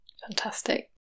fantastic